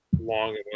long